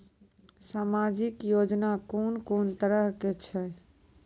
समाजिक योजना कून कून तरहक छै?